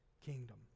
kingdom